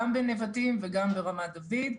גם בנבטים וגם ברמת דוד.